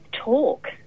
talk